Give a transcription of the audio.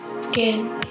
skin